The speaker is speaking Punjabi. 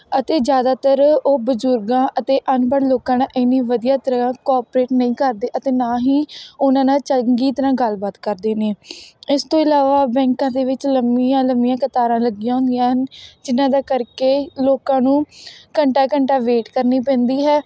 ਅਤੇ ਜ਼ਿਆਦਾਤਰ ਉਹ ਬਜ਼ੁਰਗਾਂ ਅਤੇ ਅਨਪੜ੍ਹ ਲੋਕਾਂ ਨਾਲ਼ ਇੰਨੀ ਵਧੀਆ ਤਰ੍ਹਾਂ ਕੋਅਪਰੇਟ ਨਹੀਂ ਕਰਦੇ ਅਤੇ ਨਾ ਹੀ ਉਹਨਾਂ ਨਾਲ਼ ਚੰਗੀ ਤਰ੍ਹਾਂ ਗੱਲਬਾਤ ਕਰਦੇ ਨੇ ਇਸ ਤੋਂ ਇਲਾਵਾ ਬੈਂਕਾਂ ਦੇ ਵਿੱਚ ਲੰਮੀਆਂ ਲੰਮੀਆਂ ਕਤਾਰਾਂ ਲੱਗੀਆਂ ਹੁੰਦੀਆਂ ਹਨ ਜਿਨ੍ਹਾਂ ਦੇ ਕਰਕੇ ਲੋਕਾਂ ਨੂੰ ਘੰਟਾ ਘੰਟਾ ਵੇਟ ਕਰਨੀ ਪੈਂਦੀ ਹੈ